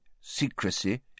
secrecy